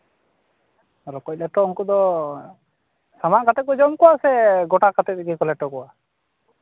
ᱨᱚᱠᱚᱡ ᱞᱮᱴᱚ ᱩᱱᱠᱩ ᱫᱚ ᱥᱟᱢᱟᱜ ᱠᱟᱛᱮᱫ ᱠᱚ ᱡᱚᱢ ᱠᱚᱣᱟ ᱥᱮ ᱜᱳᱴᱟ ᱠᱟᱛᱮᱫ ᱜᱮᱠᱚ ᱞᱮᱴᱚ ᱠᱚᱣᱟ